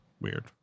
Weird